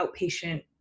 outpatient